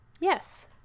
Yes